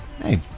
hey